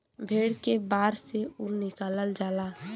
भेड़ के बार से ऊन निकालल जाला